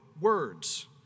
words